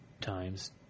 Times